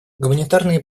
гуманитарные